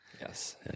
Yes